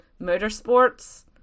motorsports